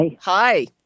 Hi